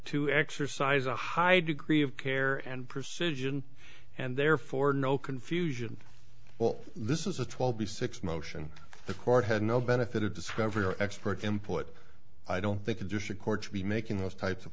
to exercise a high degree of care and percentage and and therefore no confusion well this is a twelve b six motion the court had no benefit of discovery or expert him put i don't think the district court should be making those types of